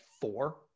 four